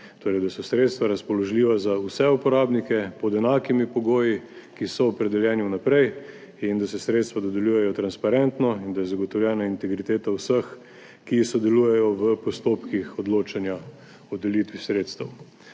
torej da so sredstva razpoložljiva za vse uporabnike pod enakimi pogoji, ki so opredeljeni vnaprej, in da se sredstva dodeljujejo transparentno in da je zagotovljena integriteta vseh, ki sodelujejo v postopkih odločanja o delitvi sredstev.